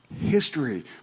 history